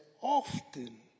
often